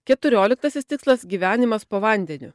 keturioliktasis tikslas gyvenimas po vandeniu